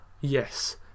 yes